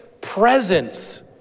presence